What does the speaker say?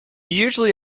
usually